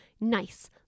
nice